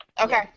Okay